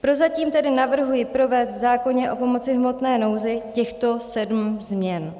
Prozatím tedy navrhuji provést v zákoně o pomoci v hmotné nouzi těchto sedm změn: